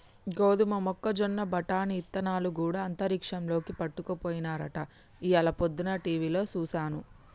గోదమ మొక్కజొన్న బఠానీ ఇత్తనాలు గూడా అంతరిక్షంలోకి పట్టుకపోయినారట ఇయ్యాల పొద్దన టీవిలో సూసాను